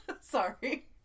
sorry